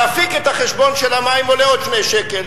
להפיק את החשבון של המים עולה עוד 2 שקל,